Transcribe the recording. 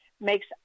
makes